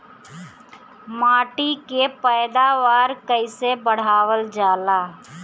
माटी के पैदावार कईसे बढ़ावल जाला?